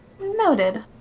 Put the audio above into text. Noted